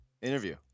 Interview